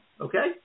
Okay